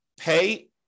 pay